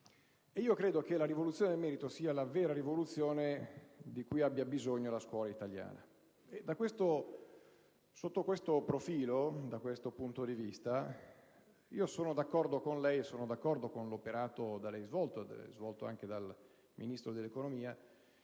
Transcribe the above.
Io credo che la rivoluzione del merito sia la vera rivoluzione di cui abbia bisogno la scuola italiana. Sotto questo profilo e da questo punto di vista, io sono d'accordo con lei e sono d'accordo con l'operato svolto da lei e dal Ministro dell'economia,